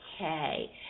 Okay